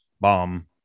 bomb